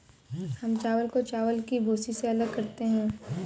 हम चावल को चावल की भूसी से अलग करते हैं